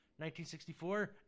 1964